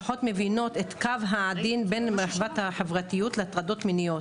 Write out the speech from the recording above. פחות מבינות את הקו העדין בין החברתיות להטרדות מיניות